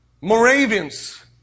Moravians